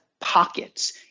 pockets